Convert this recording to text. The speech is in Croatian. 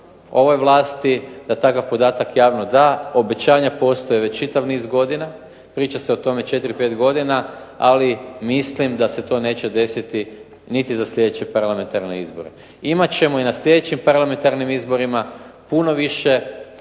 ove vlasti da takav podatak javno da, obećanja postoje već čitav niz godina. Priča se o tome 4, 5 godina, ali mislim da se to neće desiti niti za sljedeće parlamentarne izbore. Imat ćemo i na sljedećim parlamentarnim izborima puno više